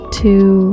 two